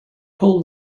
pull